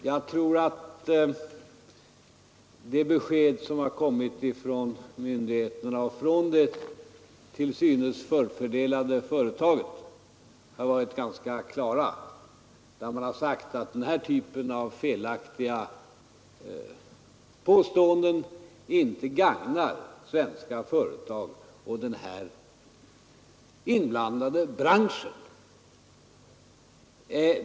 Herr talman! De besked som har kommit från myndigheterna och Tisdagen den från det till synes förfördelade företaget har varit ganska klara. Man har 27 mars 1973 sagt att den här typen av felaktiga påståenden inte gagnar svenska företag ———— och den inblandade branschen.